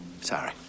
sorry